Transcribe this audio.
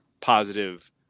positive